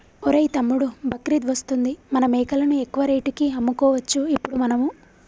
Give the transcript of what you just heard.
ఒరేయ్ తమ్ముడు బక్రీద్ వస్తుంది మన మేకలను ఎక్కువ రేటుకి అమ్ముకోవచ్చు ఇప్పుడు మనము